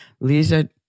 Lisa